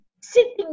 sitting